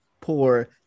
poor